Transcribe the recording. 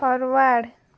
forward